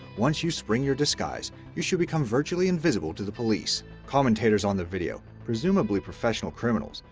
once you spring your disguise you should become virtually invisible to the police. commentators on the video, presumably professional criminals,